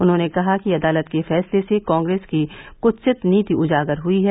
उन्होंने कहा कि अदालत के फैसले से कांप्रेस की कुत्सित नीति उजागर हुई है